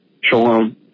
Shalom